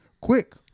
quick